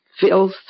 Filth